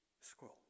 scroll